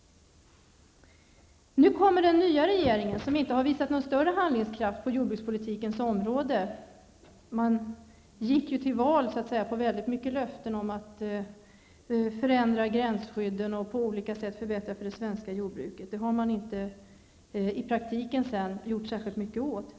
Den nya regeringen har inte visat någon större handlingskraft på jordbrukspolitikens område. Man gick ju till val med väldigt många löften om att förändra gränsskyddet och på olika sätt förbättra förhållandena för det svenska jordbruket. Det har man i praktiken inte gjort särskilt mycket åt.